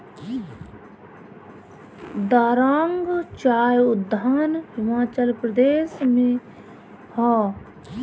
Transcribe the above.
दारांग चाय उद्यान हिमाचल प्रदेश में हअ